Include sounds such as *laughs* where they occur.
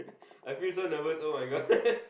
I feel so nervous [oh]-my-god *laughs*